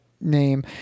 name